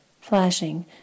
flashing